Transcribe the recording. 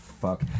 fuck